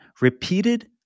repeated